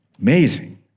Amazing